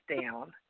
down